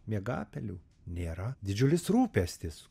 miegapelių nėra didžiulis rūpestis